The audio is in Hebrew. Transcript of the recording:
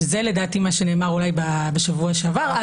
שזה לדעתי מה שנאמר אולי בשבוע שעבר,